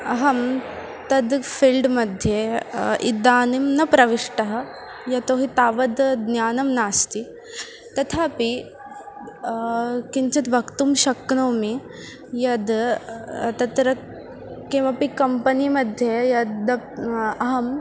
अहं तद् फ़ील्ड् मध्ये इदानीं न प्रविष्टः यतोहि तावद् ज्ञानं नास्ति तथापि किञ्चित् वक्तुं शक्नोमि यद् तत्र किमपि कम्पनी मध्ये यद् अहं